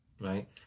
Right